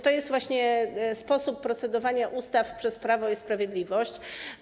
To jest właśnie sposób procedowania nad ustawami przez Prawo i Sprawiedliwość.